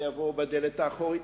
ויבואו בדלת האחורית,